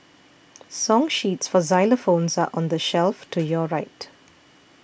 song sheets for xylophones are on the shelf to your right